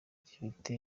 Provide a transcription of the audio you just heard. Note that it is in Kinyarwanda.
gifite